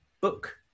book